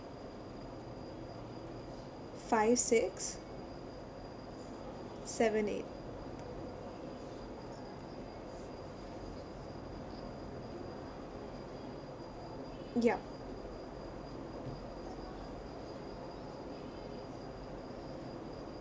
five six seven eight yup